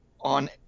on –